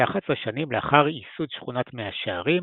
כ-11 שנים לאחר ייסוד שכונת מאה שערים